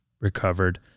recovered